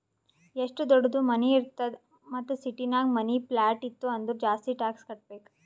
ಎಷ್ಟು ದೊಡ್ಡುದ್ ಮನಿ ಇರ್ತದ್ ಮತ್ತ ಸಿಟಿನಾಗ್ ಮನಿ, ಪ್ಲಾಟ್ ಇತ್ತು ಅಂದುರ್ ಜಾಸ್ತಿ ಟ್ಯಾಕ್ಸ್ ಕಟ್ಟಬೇಕ್